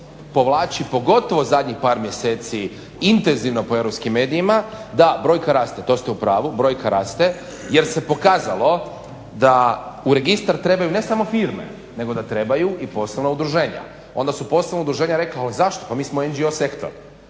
povlači, pogotovo zadnjih par mjeseci intenzivno po europskim medijima. Da, brojka raste, to ste u pravu, brojka raste jer se pokazalo da u registar trebaju ne samo firme, nego da trebaju i poslovna udruženja. Onda su poslovna udruženja rekla, ali zašto, mi smo NGO sektor,